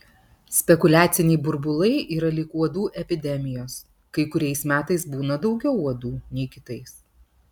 spekuliaciniai burbulai yra lyg uodų epidemijos kai kuriais metais būna daugiau uodų nei kitais